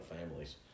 families